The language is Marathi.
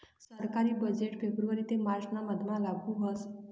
सरकारी बजेट फेब्रुवारी ते मार्च ना मधमा लागू व्हस